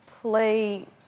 play